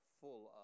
full